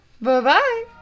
Bye-bye